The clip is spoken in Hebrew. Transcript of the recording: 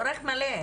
לא רק מלא.